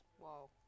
Wow